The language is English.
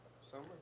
summer